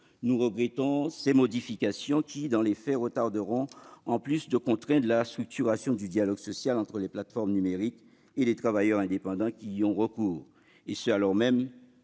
Nous regrettons ces modifications, qui, dans les faits, retarderont en plus de contraindre la structuration du dialogue social entre les plateformes numériques et les travailleurs indépendants qui y ont recours, et ce alors même